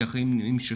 כי החיים ממשיכים.